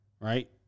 right